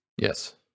Yes